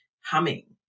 humming